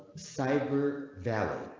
cyber valley.